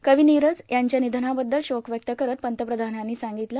कवी नीरज यांच्या निधनाबद्दल शोक व्यक्त करत पंतप्रधांनी सांगितलं